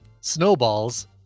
Snowballs